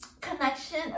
connection